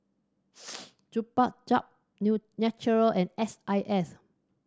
Chupa Chups Naturel and S I S